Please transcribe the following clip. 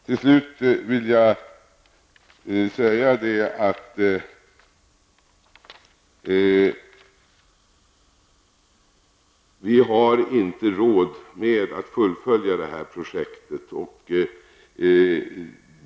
Till slut vill jag säga att vi inte har råd att fullfölja det här projektet.